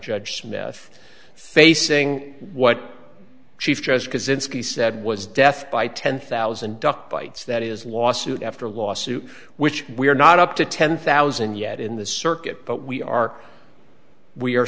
judge smith facing what chief judge kozinski said was death by ten thousand duck bites that is lawsuit after lawsuit which we are not up to ten thousand yet in the circuit but we are we are